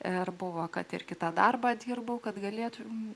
ir buvo kad ir kitą darbą dirbau kad galėtumei